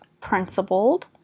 principled